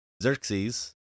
Xerxes